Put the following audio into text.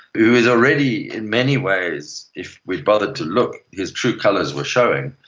who is already in many ways, if we bothered to look, his true colours were showing.